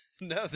no